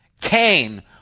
Cain